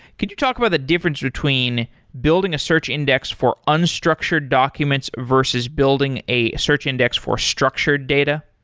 could you talk about the difference between building a search index for unstructured documents versus building a search index for structured data?